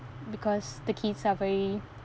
because the kids are very